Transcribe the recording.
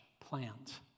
plant